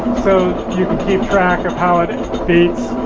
so you can keep track of how it beats.